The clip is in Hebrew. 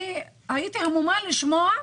אני הייתי המומה לשמוע,